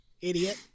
Idiot